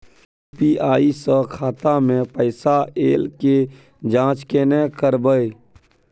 UPI स खाता मे पैसा ऐल के जाँच केने करबै?